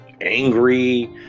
angry